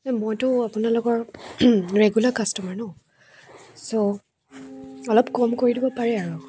মইতো আপোনালোকৰ regular customer নহ্ চ' অলপ কম কৰি দিব পাৰে আৰু